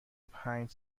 پنج